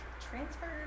transferred